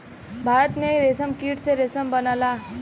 भारत में रेशमकीट से रेशम बनला